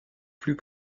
plus